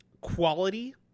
quality